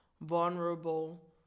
vulnerable